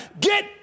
Get